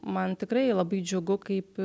man tikrai labai džiugu kaip